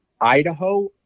Idaho